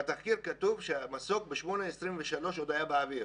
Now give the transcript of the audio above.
בתחקיר כתוב שהמסוק ב-8:23 עוד היה באוויר